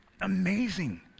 Amazing